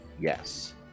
Yes